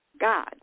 God